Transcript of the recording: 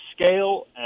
scale